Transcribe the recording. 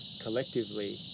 collectively